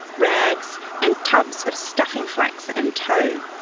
rags and tubs of stuffing flax and tow,